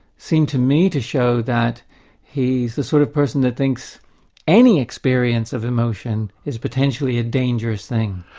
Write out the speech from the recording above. seem to me to show that he's the sort of person that thinks any experience of emotion is potentially a dangerous thing.